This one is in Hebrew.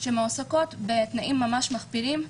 שמועסקות בתנאים ממש מחפירים,